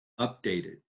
updated